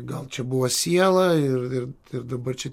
gal čia buvo siela ir ir ir dabar čia